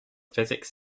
physics